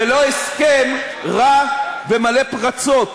ולא הסכם רע ומלא פרצות.